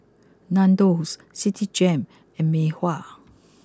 Nandos Citigem and Mei Hua